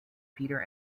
peter